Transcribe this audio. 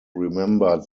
remembered